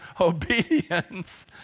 obedience